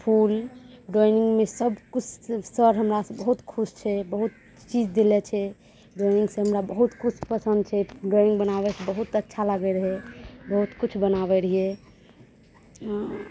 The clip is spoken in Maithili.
फूल ड्राइनिङ्गमे सब किछु सर हमरासँ बहुत खुश छै बहुत चीज देलए छै ड्राइङ्गसँ हमरा बहुत किछु पसन्द छै ड्राइङ्ग बनाबेसँ बहुत अच्छा लागै रहै बहुत किछु बनाबै रहियै ओ